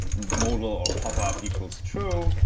model or pop up equals true.